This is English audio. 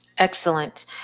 Excellent